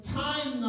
time